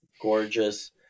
gorgeous